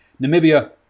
Namibia